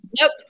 nope